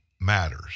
matters